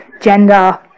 gender